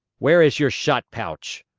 where is your shot-pouch?